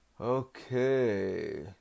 Okay